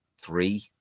three